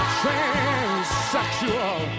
transsexual